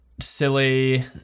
silly